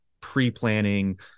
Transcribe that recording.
pre-planning